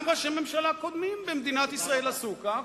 גם ראשי ממשלה קודמים במדינת ישראל עשו כך,